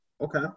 Okay